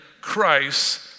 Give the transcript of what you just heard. Christ